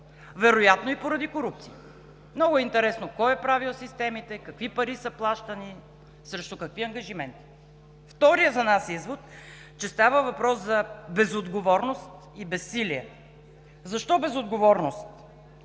вероятно и поради корупция. Много е интересно кой е правил системите, какви пари са плащани, срещу какви ангажименти? Вторият за нас извод е, че става въпрос за безотговорност и безсилие. Защо безотговорност?